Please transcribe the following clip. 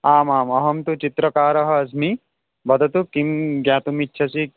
आम् आम् अहं तु चित्रकारः अस्मि वदतु किं ज्ञातुम् इच्छसि